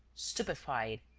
stupefied.